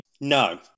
No